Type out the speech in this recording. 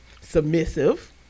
submissive